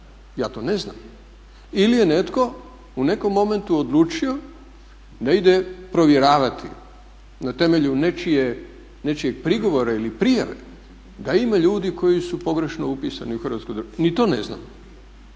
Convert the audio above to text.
ja to ne znam ili je netko u nekom momentu odlučio da ide provjeravati na temelju nečijeg prigovora ili prijave da ima ljudi koji su pogrešno upisani u hrvatsko državljanstvo. Ni to ne znamo